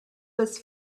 was